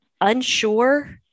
unsure